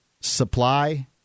supply